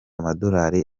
amadolari